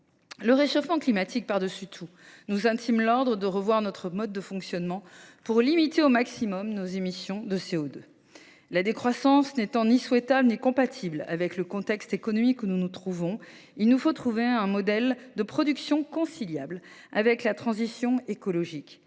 Le réchauffement climatique, par-dessus tout, nous intime l’ordre de revoir notre mode de fonctionnement pour limiter au maximum nos émissions de CO2. La décroissance n’étant ni souhaitable ni compatible avec le contexte économique actuel, il nous faut trouver un modèle de production conciliable avec la transition écologique